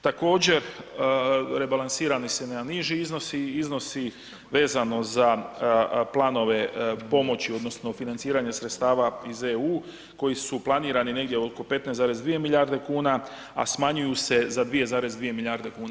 Također, rebalansirani se na niži iznosi, iznosi vezano za planove pomoći odnosno financiranje sredstava iz EU koji su planirani negdje oko 15,2 milijarde kuna, a smanjuju se za 2,2 milijarde kuna.